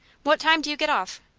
what time do you get off?